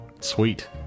Sweet